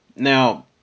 Now